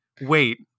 wait